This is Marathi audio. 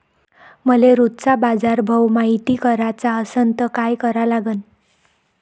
मले रोजचा बाजारभव मायती कराचा असन त काय करा लागन?